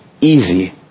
Easy